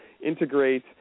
integrate